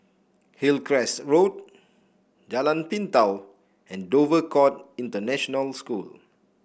Hillcrest Road Jalan Pintau and Dover Court International School